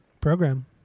Program